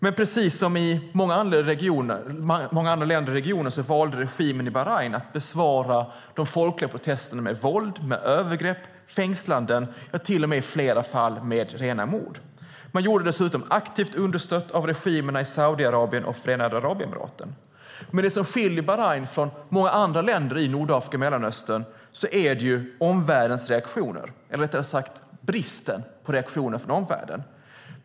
Men precis som i många andra länder i regionen valde regimen i Bahrain att besvara de folkliga protesterna med våld, övergrepp och fängslanden - ja, till och med i flera fall med rena mord. Man gjorde det dessutom aktivt understött av regimerna i Saudiarabien och Förenade Arabemiraten. Det som skiljer Bahrain från många andra länder i Nordafrika och Mellanöstern är omvärldens reaktioner, eller rättare sagt bristen på reaktioner från omvärlden.